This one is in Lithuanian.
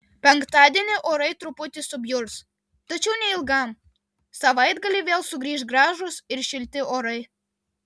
penktadienį orai truputį subjurs tačiau neilgam savaitgalį vėl sugrįš gražūs ir šilti orai